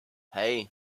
hey